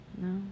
No